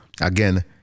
again